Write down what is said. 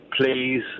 Please